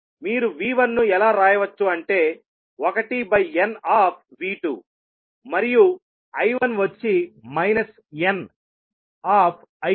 మీరు V1 ను ఎలా రాయవచ్చు అంటే 1బై n ఆఫ్ V2 మరియు I1 వచ్చి మైనస్ n ఆఫ్ I2